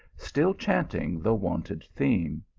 still chanting the wonted theme.